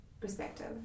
perspective